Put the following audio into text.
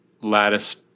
lattice